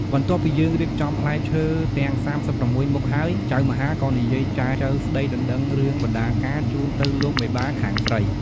បន្ទាប់ពីយើងរៀបចំផ្លែឈើទាំង៣៦មុខហើយ ចៅមហាក៏និយាយចែចូវស្តីដណ្តឹងរឿងបណ្តាការជូនទៅលោកមេបាខាងស្រី។